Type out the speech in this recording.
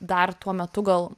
dar tuo metu gal